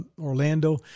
Orlando